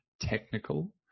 technical